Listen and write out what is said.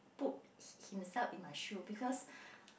put him himself in my shoe because